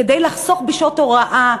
כדי לחסוך בשעות הוראה,